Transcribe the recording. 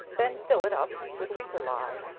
then fill it up with weaker ley,